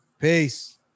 Peace